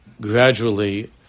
gradually